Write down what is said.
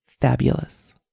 fabulous